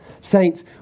Saints